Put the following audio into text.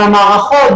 והמערכות,